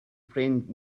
ffrind